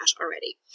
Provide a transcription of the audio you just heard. already